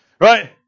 right